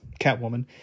Catwoman